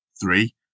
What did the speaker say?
Three